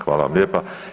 Hvala vam lijepa.